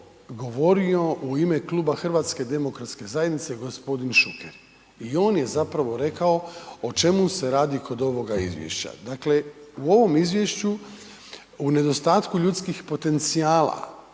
govorio u ime Kluba HDZ-a gospodin Šuker. I on je zapravo rekao o čemu se radi kod ovoga izvješća. Dakle, u ovom izvješću u nedostatku ljudskih potencijala,